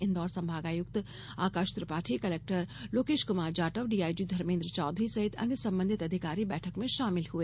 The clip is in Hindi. इंदौर संभागायुक्त आकाश त्रिपाठी कलेक्टर लोकेश कुमार जाटव डीआईजी धर्मेन्द्र चौधरी सहित अन्य संबंधित अधिकारी बैठक में शामिल हुए